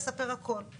בסדר, אני מקבלת.